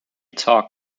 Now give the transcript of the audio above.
tug